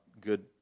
good